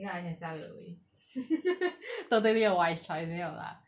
because I can sell it away 对不对我 made a wise choice 没有啦